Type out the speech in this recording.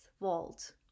Vault